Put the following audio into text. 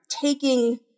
taking